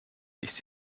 ist